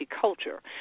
culture